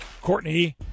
courtney